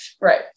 Right